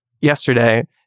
yesterday